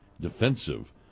defensive